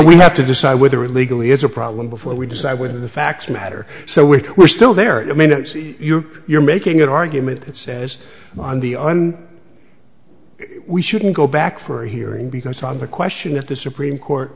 will have to decide whether legally is a problem before we decide whether the facts matter so we're still there i mean you're you're making an argument that says on on the we shouldn't go back for a hearing because on the question at the supreme court